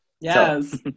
Yes